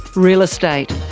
real estate,